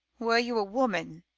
were you a woman,